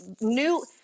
new